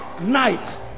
night